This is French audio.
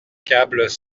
câbles